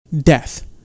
death